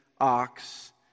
ox